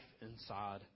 inside